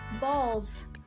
balls